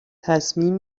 تصمیم